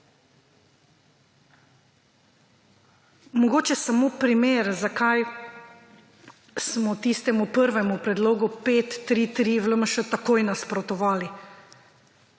Mogoče samo primer zakaj smo tistemu prvemu predlogu 533 v LMŠ takoj nasprotovali.